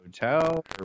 hotel